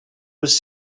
was